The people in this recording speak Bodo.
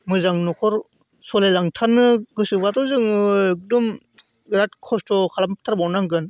मोजां न'खर सोलिलांथारनो गोसोब्लाथ' जोङो एखदम बिराद खस्थ' खालामथारबावनांगोन